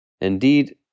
Indeed